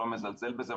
לא מזלזל בזה,